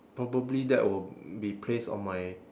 probably that will be placed on my